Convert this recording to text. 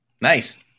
Nice